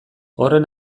horren